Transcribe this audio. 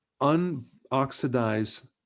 unoxidized